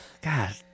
God